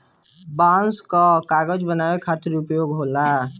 बांस कअ कागज बनावे खातिर उपयोग होला